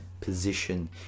position